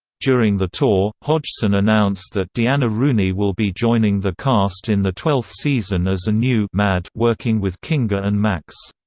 during the tour, hodgson announced that deana rooney will be joining the cast in the twelfth season as a new mad working with kinga and max.